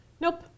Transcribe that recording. Nope